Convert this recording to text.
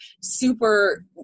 super